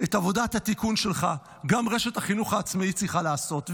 את עבודת התיקון שלך גם רשת החינוך העצמאי צריכה לעשות,